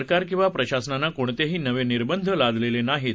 सरकार किवा प्रशासनानं कोणतेही नवे निबंध लादलेले नाहीत